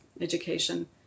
education